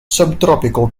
subtropical